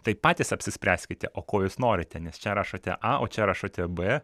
tai patys apsispręskite o ko jūs norite nes čia rašote a o čia rašote b